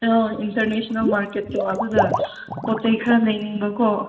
ꯑꯥ international ꯃꯥꯔꯀꯦꯠꯇꯣ ꯑꯗꯨꯗ ꯄꯣꯠ ꯆꯩ ꯈꯔ ꯂꯩꯅꯤꯡꯕꯀꯣ